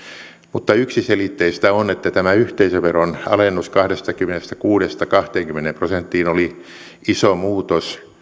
mutta yksiselitteistä on että tämä yhteisöveron alennus kahdestakymmenestäkuudesta kahteenkymmeneen prosenttiin oli iso muutos